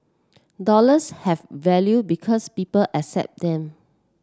dollars have value because people accept them